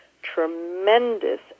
tremendous